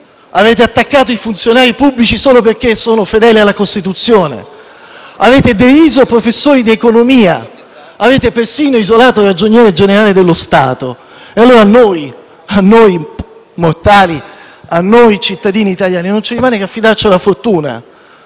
avete attaccato i funzionari pubblici solo perché sono fedeli alla Costituzione; avete deriso professori di economia; avete persino isolato la Ragioneria generale dello Stato. A noi mortali, a noi cittadini italiani non rimane dunque che affidarci alla fortuna,